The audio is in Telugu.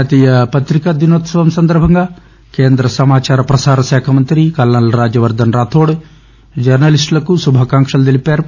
జాతీయ ప్రతికా దినోత్సవం సందర్బంగా కేంద్ర సమాచార ప్రసారశాఖ మంతి కల్నల్ రాజ్యవర్గన్ రాథోడ్ జర్నలిస్ల్లకు శుభాకాంక్షలు తెలిపారు